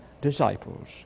disciples